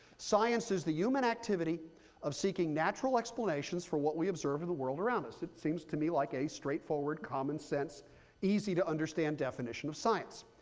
science is the human activity of seeking natural explanations for what we observe in the world around us. it seems to me like a straightforward, commonsense easy to understand definition of science.